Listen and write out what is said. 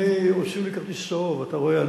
הוציאו לי כרטיס צהוב, אתה רואה.